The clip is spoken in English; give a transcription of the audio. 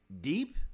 deep